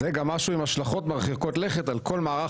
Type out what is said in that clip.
זה גם משהו עם השלכות מרחיקות לכת על כל מערך